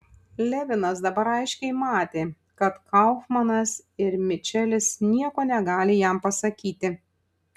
levinas dabar aiškiai matė kad kaufmanas ir mičelis nieko negali jam pasakyti